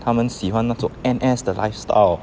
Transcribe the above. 他们喜欢那种 N_S 的 lifestyle